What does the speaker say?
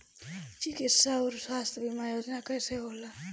चिकित्सा आऊर स्वास्थ्य बीमा योजना कैसे होला?